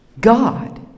God